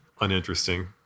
uninteresting